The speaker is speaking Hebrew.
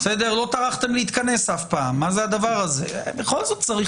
לא טרחתם להתכנס אף פעם בכל זאת צריך